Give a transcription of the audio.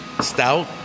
stout